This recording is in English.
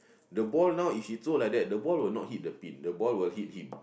the ball now if he throw like that the ball will not hit the pin the ball will hit him